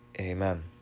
Amen